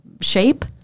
shape